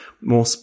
more